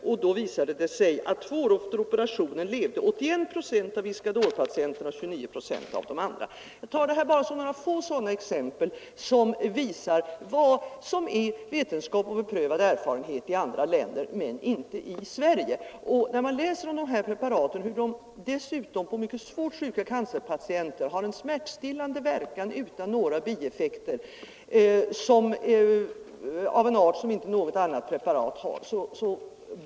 Det visade sig att två år efter operationen levde 81 procent av Iscadorpatienterna och 29 procent av de andra. Det här är bara några få exempel, som visar vad som är vetenskap och beprövad erfarenhet i andra länder men inte i Sverige. Dessa preparat sägs dessutom ha, på mycket svårt cancersjuka patienter, en smärtstillande verkan — utan några bieffekter — som inte något annat preparat har.